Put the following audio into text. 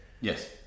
Yes